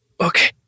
Okay